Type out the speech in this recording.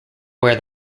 where